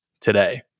today